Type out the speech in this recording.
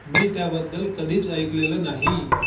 मी त्याबद्दल कधीच ऐकलेलं नाही